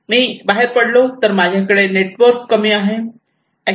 मी बाहेर पडलो तर माझ्याकडे नेटवर्क कमी आहे